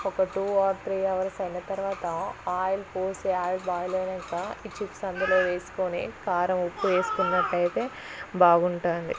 ఒక two or three hours అయిన తర్వాత ఆయిల్ పోసి ఆయిల్ బాయిల్ అయినాక ఈ చిప్స్ అందులో వేసుకొని కారం ఉప్పు వేసుకున్నట్టు అయితే బాగుంటుంది